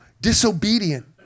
disobedient